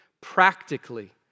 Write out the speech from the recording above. practically